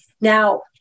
Now